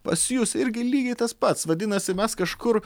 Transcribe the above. pas jus irgi lygiai tas pats vadinasi mes kažkur